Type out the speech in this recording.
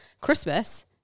Christmas